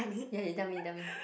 ya you tell me tell me